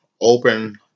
open